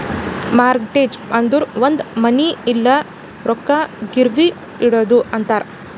mortgage ಅಂದುರ್ ಒಂದ್ ಮನಿ ಇಲ್ಲ ರೊಕ್ಕಾ ಗಿರ್ವಿಗ್ ಇಡದು ಅಂತಾರ್